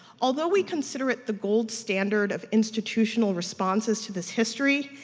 although we consider it the gold standard of institutional responses to this history,